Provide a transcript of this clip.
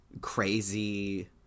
crazy